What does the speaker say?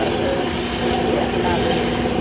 ah there's react fabric.